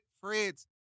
fred's